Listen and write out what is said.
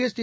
ST